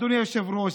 אדוני היושב-ראש,